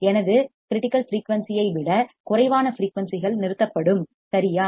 எனது critical frequency ஐ விடக் குறைவான ஃபிரீயூன்சிகள் நிறுத்தப்படும் சரியா